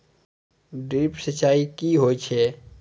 Drip सिंचाई कि होय छै?